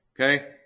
Okay